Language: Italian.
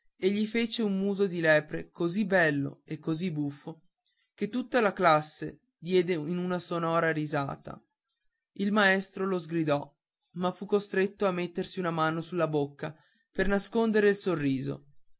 e gli fece un muso di lepre così bello e così buffo che tutta la classe diede in una sonora risata il maestro lo sgridò ma fu costretto a mettersi una mano sulla bocca per nascondere il riso